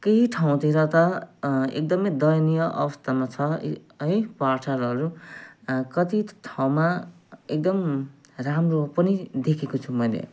केही ठाउँतिर त एकदमै दयनीय अवस्थामा छ है पाठशालाहरू कति ठाउँमा एकदम राम्रो पनि देखेको छु मैले